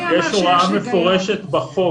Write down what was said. יש הוראה מפורשת בחוק,